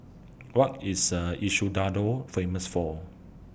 What IS Ecuador Famous For